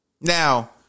Now